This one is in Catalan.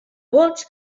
vots